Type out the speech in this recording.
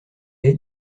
est